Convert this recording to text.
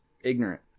ignorant